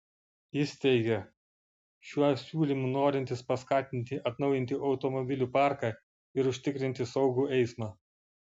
jis teigia šiuo siūlymu norintis paskatinti atnaujinti automobilių parką ir užtikrinti saugų eismą